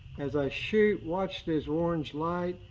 as i shoot, watch this orange light.